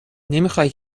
نمیخای